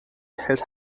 hält